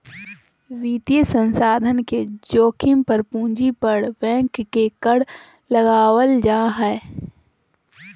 वित्तीय संस्थान के जोखिम पर पूंजी पर बैंक के कर लगावल जा हय